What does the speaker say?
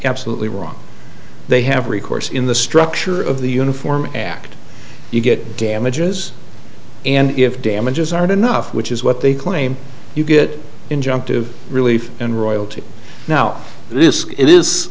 absolutely wrong they have recourse in the structure of the uniform act you get damages and if damages aren't enough which is what they claim you get injunctive relief and royalty now this i